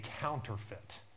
counterfeit